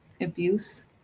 abuse